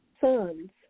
Sons